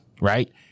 right